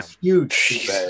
huge